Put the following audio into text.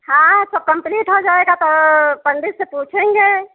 हाँ तो कम्पलीट हो जाएगा तो पंडित से पूछेंगे